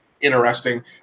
interesting